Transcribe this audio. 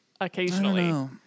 occasionally